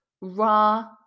Ra